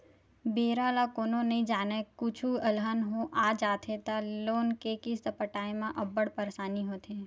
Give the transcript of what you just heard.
बेरा ल कोनो नइ जानय, कुछु अलहन आ जाथे त लोन के किस्त पटाए म अब्बड़ परसानी होथे